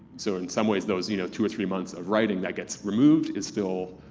so in some ways those you know two or three months of writing that gets removed, is still